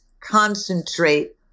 concentrate